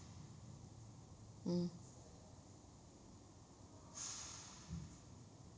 mm